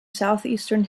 southeastern